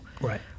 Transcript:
Right